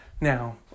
Now